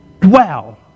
dwell